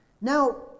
now